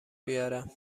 بیارم